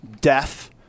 death